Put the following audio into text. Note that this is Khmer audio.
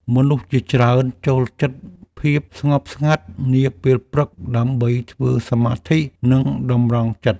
មនុស្សជាច្រើនចូលចិត្តភាពស្ងប់ស្ងាត់នាពេលព្រឹក ដើម្បីធ្វើសមាធិ និងតម្រង់ចិត្ត។